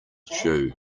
due